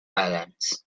islands